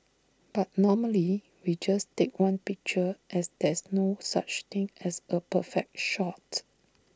but normally we just take one picture as there's no such thing as A perfect shot